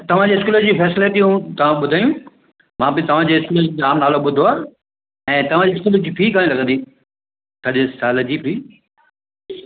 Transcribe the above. तव्हां जे स्कूल जी फैसिलिटियूं तव्हां ॿुधायूं मां बि तव्हां जे स्कूल जो जाम नालो ॿुधो आहे ऐं तव्हां जे स्कूल जी फ़ी घणी हूंदी सॼे साल जी फ़ी